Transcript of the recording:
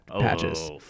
patches